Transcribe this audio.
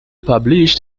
published